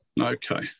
Okay